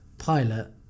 pilot